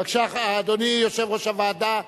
בבקשה, אדוני יושב-ראש הוועדה.